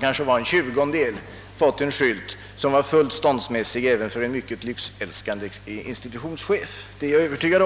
kanske en tjugondel av kostnaden fått en skylt som varit fullt ståndsmässig även för en mycket lyxälskande institutionschef.